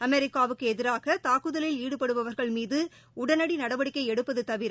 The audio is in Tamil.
அமெிக்காவுக்கு எதிராக தாக்குதலில் ஈடுபடுபவர்கள் மீது உடனடி நடவடிக்கை எடுப்பது தவிர்